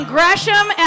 Gresham